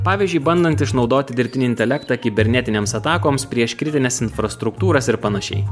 pavyzdžiui bandant išnaudoti dirbtinį intelektą kibernetinėms atakoms prieš kritines infrastruktūras ir panašiai